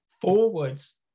forwards